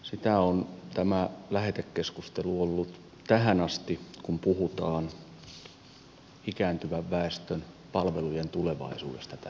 sitä on tämä lähetekeskustelu ollut tähän asti kun puhutaan ikääntyvän väestön palvelujen tulevaisuudesta tässä maassa